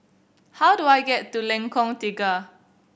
how do I get to Lengkong Tiga